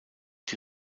die